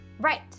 Right